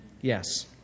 Yes